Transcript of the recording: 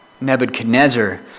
Nebuchadnezzar